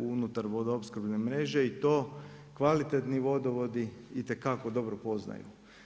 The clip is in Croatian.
unutar vodoopskrbne mreže i to kvalitetni vodovodi itekako dobro poznaju.